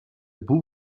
boel